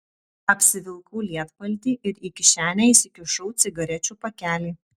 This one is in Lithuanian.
apsivilkau lietpaltį ir į kišenę įsikišau cigarečių pakelį